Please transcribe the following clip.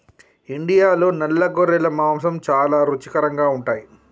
ఇండియాలో నల్ల గొర్రెల మాంసం చాలా రుచికరంగా ఉంటాయి